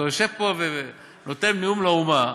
שאתה יושב ונותן נאום לאומה,